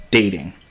dating